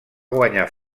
guanyar